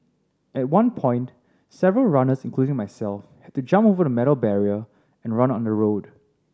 at one point several runners including myself had to jump over the metal barrier and run on the road